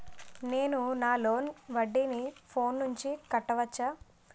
నేను నా లోన్ వడ్డీని ఫోన్ నుంచి కట్టవచ్చా?